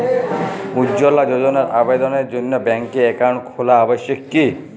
উজ্জ্বলা যোজনার আবেদনের জন্য ব্যাঙ্কে অ্যাকাউন্ট খোলা আবশ্যক কি?